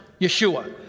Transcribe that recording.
Yeshua